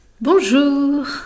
Bonjour